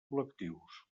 col·lectius